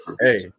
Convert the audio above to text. Hey